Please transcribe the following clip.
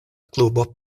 klubo